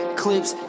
clips